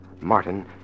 Martin